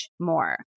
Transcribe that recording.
more